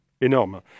Énorme